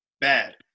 bad